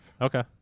Okay